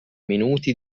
minuti